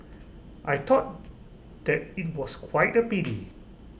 I thought that IT was quite A pity